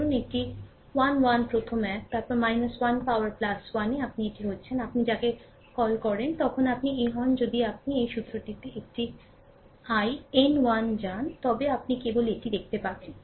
ধরুন একটি 1 1 প্রথম এক তারপরে 1 পাওয়ার 1 এ আপনি এটি হচ্ছেন আপনি যাকে কল করেন তখন আপনি এই হন যদি আপনি এই সূত্রটিতে একটি মি n 1 যান তবে আপনি কেবল এটি দেখতে পান